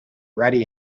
ready